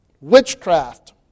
witchcraft